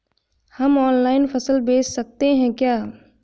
हम ऑनलाइन फसल बेच सकते हैं क्या?